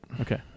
Okay